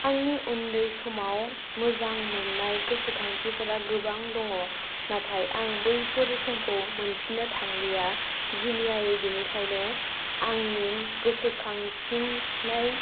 आंनि उन्दै समाव मोजां मोननाय गोसोखांथिफोरा गोबां दङ नाथाय आङो बैफोर समखौ मोनफिननो थांलिया जुनियायै बेनिखायनो आंनि गोसोखांसिननाय